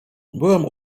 byłem